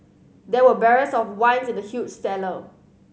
there were barrels of wine in the huge cellar